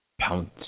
pounce